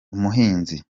umuhinzi